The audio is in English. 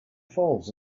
falls